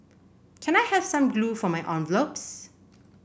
can I have some glue for my envelopes